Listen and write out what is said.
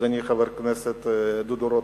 אדוני חבר הכנסת דודו רותם,